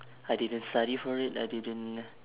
I didn't study for it I didn't